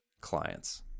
clients